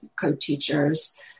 co-teachers